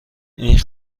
این